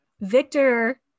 victor